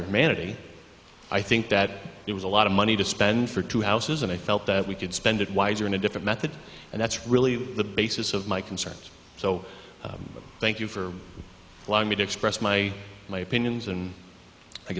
for humanity i think that it was a lot of money to spend for two houses and i felt that we could spend it wiser in a different method and that's really the basis of my concerns so thank you for allowing me to express my my opinions and i